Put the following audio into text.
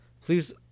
Please